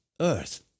earth